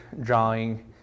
drawing